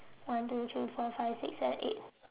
one two three four five six seven eight